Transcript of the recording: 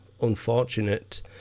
...unfortunate